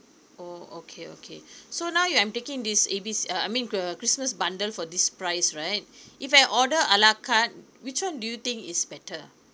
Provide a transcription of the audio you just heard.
oh okay okay so now I'm taking this A B~ uh I mean uh christmas bundle for this price right if I order ala carte which one do you think is better